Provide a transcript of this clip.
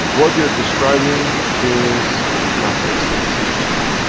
what you're describing is matter-state c h three.